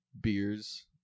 beers